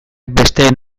besteen